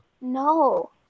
No